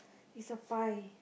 it's a pie